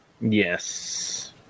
Yes